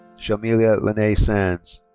shamiya lanae sands.